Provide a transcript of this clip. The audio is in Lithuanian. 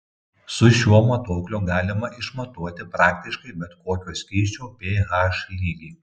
su šiuo matuokliu galima išmatuoti praktiškai bet kokio skysčio ph lygį